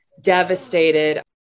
devastated